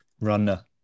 Runner